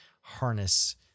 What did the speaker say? harness